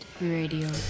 Radio